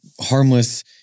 harmless